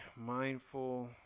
mindful